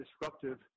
disruptive